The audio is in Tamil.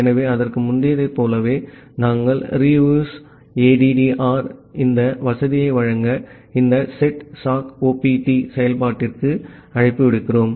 ஆகவே அதற்கு முந்தையதைப் போலவே நாங்கள் REUSEADDR இன் இந்த வசதியை வழங்க இந்த setsockopt செயல்பாட்டிற்கு அழைப்பு விடுக்கிறோம்